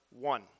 one